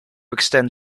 extend